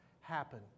happen